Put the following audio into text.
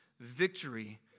victory